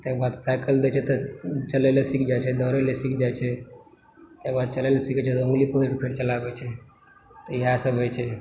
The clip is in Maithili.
ताहिके बाद साइकिल दय छै तऽ चलय लऽ सीख जाइ छै दौड़य लऽ सीख जाइ छै ताहिके बाद चलय लऽ सिखय छै तऽ उँगली पकड़िके फेर चलाबय छै तऽ इएहसभ होइत छै